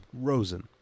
Rosen